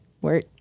work